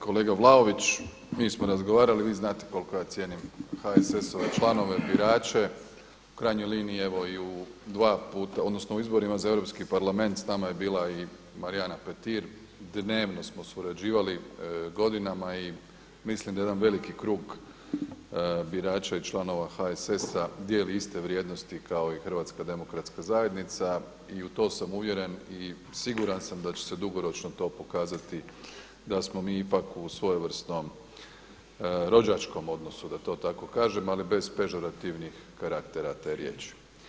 Kolega Vlaović, mi smo razgovarali i vi znate koliko ja cijenim HSS-ove članove birače u krajnjoj liniji evo i u dva puta odnosno u izborima za Europski parlament s nama je bila i Marijana Petir, dnevno smo surađivali godinama i mislim da jedan veliki krug birača i članova HSS-a dijeli iste vrijednosti kao i HDZ i u to sam uvjeren i siguran sam da će se dugoročno to pokazati da smo mi ipak u svojevrsnom rođačkom odnosu da to tako kažem, ali bez pežorativnih karaktera te riječi.